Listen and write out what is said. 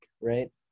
right